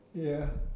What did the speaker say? ya